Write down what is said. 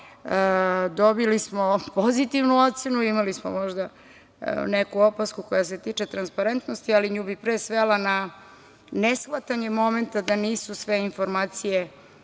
Dobili smo pozitivnu ocenu, imali smo možda neku opasku koja se tiče transparentnosti, ali nju bi pre svela na neshvatanje momenta da nisu sve informacije